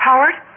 Howard